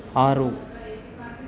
ಆರು